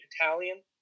Italian